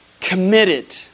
Committed